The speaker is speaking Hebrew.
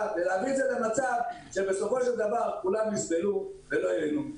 ולהביא את זה במצב שבסופו של דבר כולם יסבלו ולא ייהנו מזה.